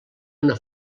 una